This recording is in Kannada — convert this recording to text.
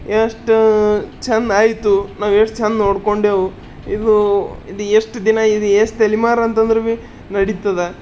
ಎಷ್ಟು ಚೆಂದ ಆಯಿತು ನಾವು ಎಷ್ಟು ಚೆಂದ ನೋಡ್ಕೊಂಡೆವು ಇವು ಎಷ್ಟು ದಿನ ಇವೆ ಎಷ್ಟು ತಲೆಮಾರು ಅಂತಂದ್ರೆ ಭೀ ನಡೀತದ